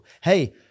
Hey